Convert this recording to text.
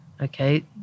okay